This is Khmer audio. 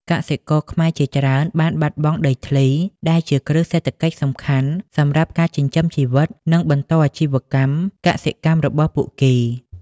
កសិករខ្មែរជាច្រើនបានបាត់បង់ដីធ្លីដែលជាគ្រឹះសេដ្ឋកិច្ចសំខាន់សម្រាប់ការចិញ្ចឹមជីវិតនិងបន្តអាជីវកម្មកសិកម្មរបស់ពួកគេ។